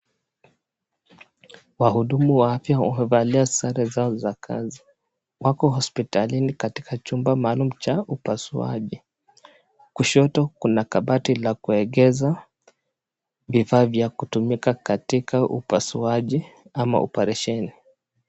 Wahudumu wa afya wamevalia sare zao za kazi. Wako hospitalini katika chumba maalum cha upasuaji. Kushoto kuna kabati la kuegeza vifaa vya kutumika katika upasuaji ama oparesheni.